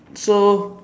so